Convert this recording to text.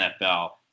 NFL